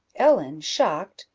ellen, shocked,